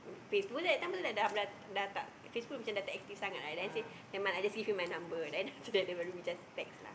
Facebook at that time because that time macam dah tidak dah tidak Facebook macam dah tidak active then I say nevermind lah I just give you my number then after that baru we just text lah